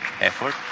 effort